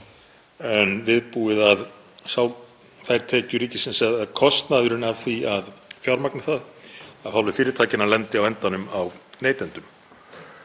en viðbúið að þær tekjur ríkisins eða kostnaðurinn af því að fjármagna það af hálfu fyrirtækjanna lendi á endanum á neytendum.